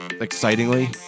excitingly